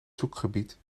zoekgebied